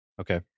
Okay